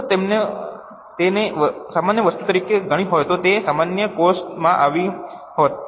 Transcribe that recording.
જો તેઓએ તેને સામાન્ય વસ્તુ તરીકે ગણી હોત તો તે સામાન્ય કોસ્ટ માં આવી હોત